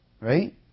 right